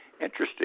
interesting